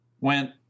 went